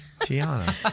Tiana